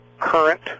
current